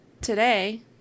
Today